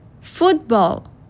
Football